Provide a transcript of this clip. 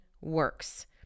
works